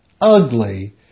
ugly